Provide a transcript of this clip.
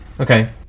okay